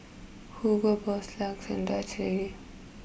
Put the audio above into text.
Hugo Boss LUX and Dutch Lady